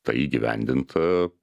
tai įgyvendint